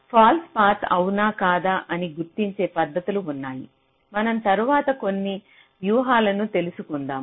falls path అవునా కాదా అని గుర్తించే పద్ధతులు ఉన్నాయి మనం తరువాత కొన్ని వ్యూహాలను తెలుసుకుందాము